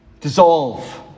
Dissolve